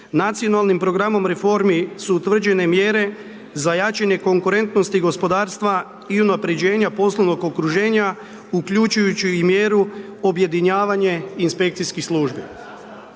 Nacionalnim programom reformi su utvrđene mjere za jačanje konkurentnosti gospodarstva i unapređenja poslovnog okruženja uključujući i mjeru objedinjavanje inspekcijskih službi.